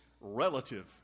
relative